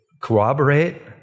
corroborate